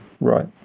Right